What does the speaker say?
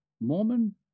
Mormon